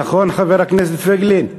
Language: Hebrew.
נכון, חבר הכנסת פייגלין?